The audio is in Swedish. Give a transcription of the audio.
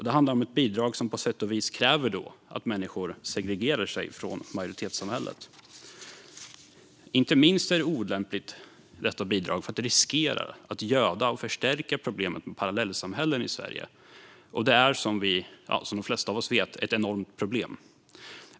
Det handlar om ett bidrag som på sätt och vis kräver att människor segregerar sig från majoritetssamhället. Inte minst är bidraget olämpligt för att det riskerar att göda och förstärka problemet med parallellsamhällen i Sverige. Det är, som de flesta av oss vet, ett enormt problem.